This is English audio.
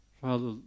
Father